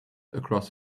across